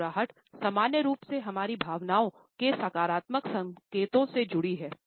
मुस्कुराहट सामान्य रूप से हमारी भावनाओं के सकारात्मक संकेतों से जुडी है